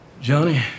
Johnny